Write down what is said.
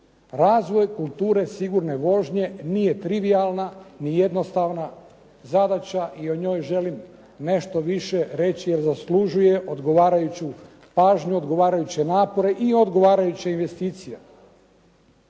razvoj kulture sigurne vožnje nije trivijalna ni jednostavna zadaća i o njoj želim nešto više reći jer zaslužuje odgovarajuću pažnju, odgovarajuće napore i odgovarajuće investicije.